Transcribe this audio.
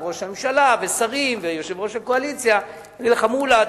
ראש הממשלה ושרים ויושב-ראש הקואליציה ויגידו לך: מולה,